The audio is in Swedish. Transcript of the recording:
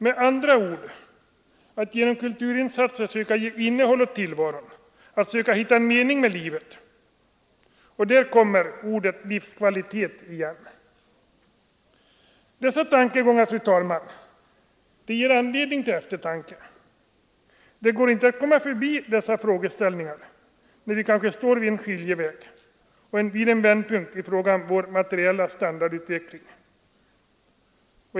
Med andra ord, att genom kulturinsatser söka ge innehåll åt tillvaron, att söka hitta en mening med livet. Där kommer ordet livskvalitet igen. Dessa tankegångar, fru talman, ger anledning till eftertanke. Det går inte att komma förbi dessa frågeställningar, när vi kanske står vid en skiljeväg, vid en vändpunkt i fråga om vår materiella standardutveckling.